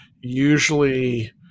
usually